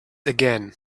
again